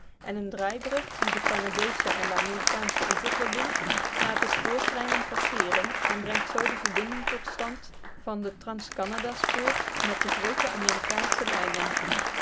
en een draaibrug die den canadeeschen en den amerikaanschen oever verbindt laat de spoortreinen passeeren en brengt zoo de verbinding tot stand van de transcanada spoor met de groote amerikaansche lijnen